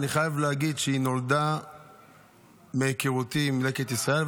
אני חייב להגיד שהיא נולדה מהיכרותי עם לקט ישראל,